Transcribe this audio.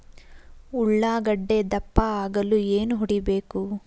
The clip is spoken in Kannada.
ಉಳ್ಳಾಗಡ್ಡೆ ದಪ್ಪ ಆಗಲು ಏನು ಹೊಡಿಬೇಕು?